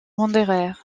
wanderers